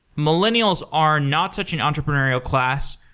millennials are not such an entrepreneurial class.